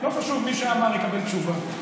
לא חשוב, מי שאמר יקבל תשובה.